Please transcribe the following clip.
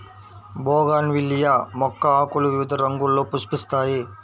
bougainvillea మొక్క ఆకులు వివిధ రంగుల్లో పుష్పిస్తాయి